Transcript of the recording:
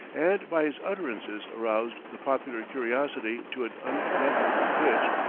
and by his utterances aroused the popular curiosity to an ungovernable pitch,